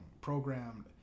programmed